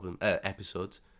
episodes